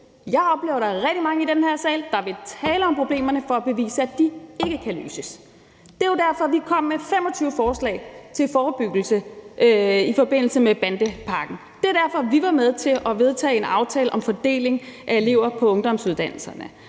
Jeg oplever, at der er rigtig mange i den her sal, der vil tale om problemerne for at bevise, at de ikke kan løses. Det var derfor, vi kom med 25 forslag til forebyggelse i forbindelse med bandepakken. Det var derfor, vi var med til at vedtage en aftale om fordeling af elever på ungdomsuddannelserne.